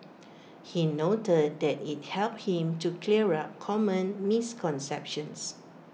he noted that IT helped him to clear up common misconceptions